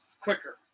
quicker